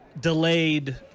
delayed